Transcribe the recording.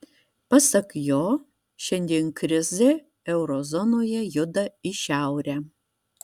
pasak jo šiandien krizė euro zonoje juda į šiaurę